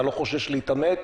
אתה לא חושש להתעמת